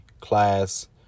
class